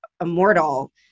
immortal